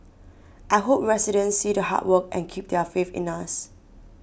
I hope residents see the hard work and keep their faith in us